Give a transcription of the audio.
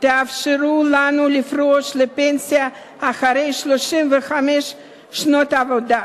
תאפשרו לנו לפרוש לפנסיה אחרי 35 שנות עבודה,